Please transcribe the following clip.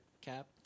Cap